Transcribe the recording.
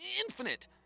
infinite